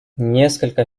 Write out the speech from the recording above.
несколько